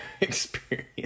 experience